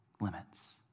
limits